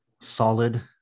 solid